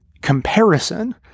comparison